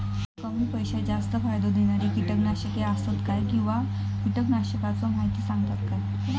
कमी पैशात जास्त फायदो दिणारी किटकनाशके आसत काय किंवा कीटकनाशकाचो माहिती सांगतात काय?